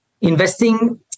Investing